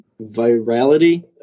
virality